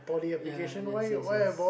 ya yes yes yes